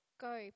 Go